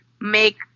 make